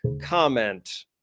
comment